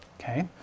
okay